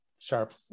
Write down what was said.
Sharp